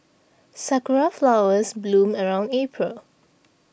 sakura flowers bloom around April